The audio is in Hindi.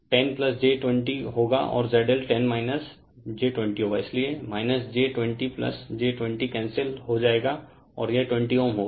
और ZL 10 j20 होगा इसलिए j20j20 कैंसिल हो जाएगा और यह 20Ω होगा